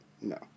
no